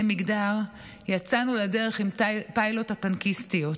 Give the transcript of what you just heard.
מגדר יצאנו לדרך עם פיילוט הטנקיסטיות.